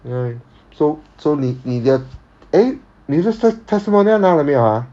anyway so so 你你的 eh 你的 test~ testimonial 拿了没有 ah